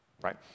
Right